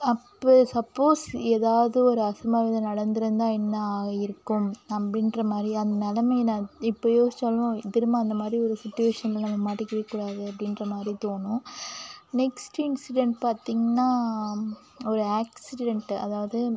அப்போ சப்போஸ் ஏதாவது ஒரு அசம்பாவிதம் நடந்திருந்தால் என்ன ஆகியிருக்கும் அப்படின்ற மாதிரி அந்த நிலமைய நான் இப்போ யோசித்தாலும் திரும்ப அந்த மாதிரி ஒரு சுச்சிவேஷனில் நம்ம மாட்டிக்கவே கூடாது அப்படின்ற மாதிரி தோணும் நெக்ஸ்ட்டு இன்சிடென்ட் பார்த்திங்னா ஒரு ஆக்சிரெண்ட்டு அதாவது